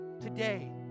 today